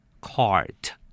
Cart